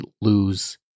lose